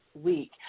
week